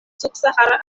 subsahara